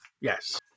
Yes